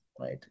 right